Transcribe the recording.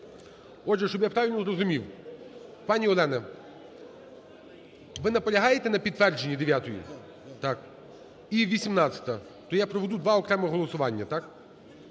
Отже, щоб я правильно зрозумів, пані Олено, ви наполягаєте на підтвердженні 9-ї? Так. І 18-а. То я проведу два окремих голосування, так?